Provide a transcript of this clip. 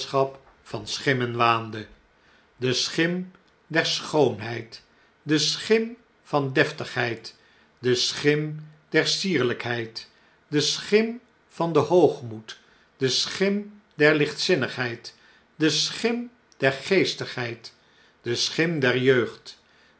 van schimmen waande de schim der schoonheid de schim van deftigheid de schim der sierhjkheid de schim van den hoogmoed de schim der lichtzinnigheid de schim der geestigheid de schim der jeugd